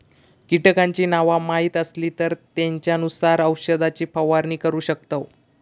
कीटकांची नावा माहीत असली तर त्येंच्यानुसार औषधाची फवारणी करू शकतव